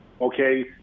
Okay